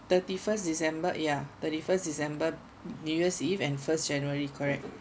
thirty first december ya thirty first december new year's eve and first january correct